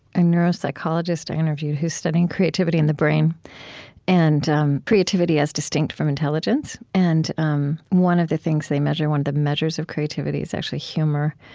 a neuropsychologist i interviewed who's studying creativity and the brain and um creativity as distinct from intelligence. and um one of the things they measure, one of the measures of creativity is actually humor,